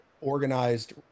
organized